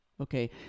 okay